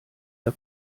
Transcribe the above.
der